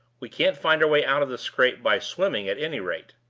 we can't find our way out of the scrape by swimming, at any rate.